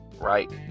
right